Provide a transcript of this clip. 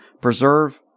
preserve